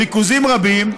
ריכוזים רבים,